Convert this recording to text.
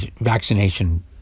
vaccination